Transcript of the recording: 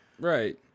Right